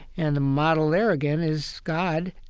and the model there again is god.